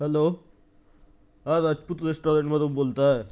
hello हां राजपूत रेश्टॉरंटमधून बोलताय